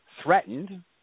threatened